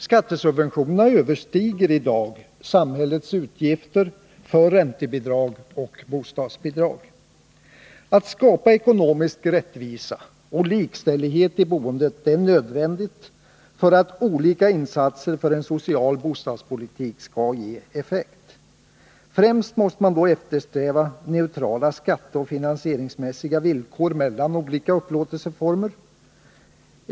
Skattesubventionerna överstiger i dag samhällets utgifter för räntebidrag och bostadsbidrag. Att skapa ekonomisk rättvisa och likställdhet i boendet är nödvändigt för att olika insatser för en social bostadspolitik skall ge effekt. Främst måste då eftersträvas neutrala skatteoch finansieringsmässiga villkor mellan olika upplåtelseformer.